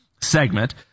segment